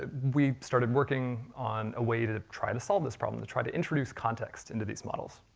ah we started working on a way to try to solve this problem, to try to introduce context into these models.